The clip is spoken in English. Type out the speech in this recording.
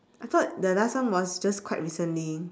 I thought the last one was just quite recently